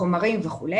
חומרים וכו'.